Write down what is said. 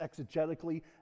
exegetically